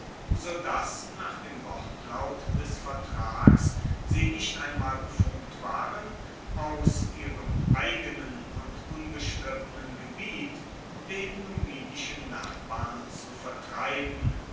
so dass nach dem wortlaut des vertrags sie nicht einmal befugt waren aus ihrem eigenen und unbestrittenen gebiet den numidischen nachbarn zu vertreiben